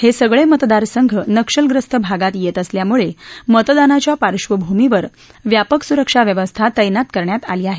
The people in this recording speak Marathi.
हे सगळे मतदारसंघ नक्षलग्रस्त भागात येत असल्यामुळे मतदानाच्या पार्श्वभूमीवर व्यापक सुरक्षा व्यवस्था तप्तित करण्यात आली आहे